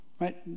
right